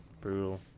brutal